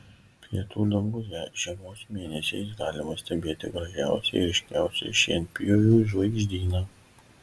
pietų danguje žiemos mėnesiais galima stebėti gražiausią ir ryškiausią šienpjovių žvaigždyną